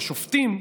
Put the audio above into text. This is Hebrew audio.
השופטים,